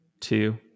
two